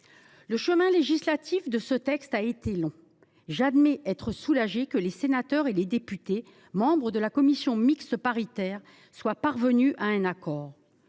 Le chemin législatif de ce texte a été long. J’admets être soulagée que les sénateurs et les députés membres de la commission mixte paritaire soient parvenus à un accord,